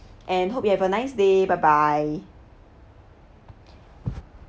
and hope you have a nice day bye bye